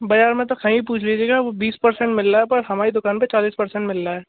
बाज़ार में तो कहीं पूछ लीजिएगा वह बीस परसेंट मिल रहा है पर हमारी दुकान पे चालीस परसेंट मिल रहा है